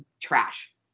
trash